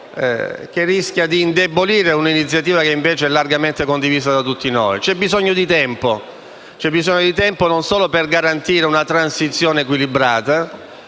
che rischia di indebolire un'iniziativa che invece è largamente condivisa da tutti noi. C'è bisogno di tempo non solo per garantire una transizione equilibrata,